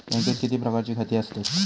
बँकेत किती प्रकारची खाती आसतात?